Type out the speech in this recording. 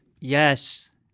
Yes